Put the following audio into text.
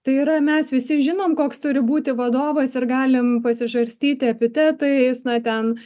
tai yra mes visi žinom koks turi būti vadovas ir galim pasižarstyti epitetais na ten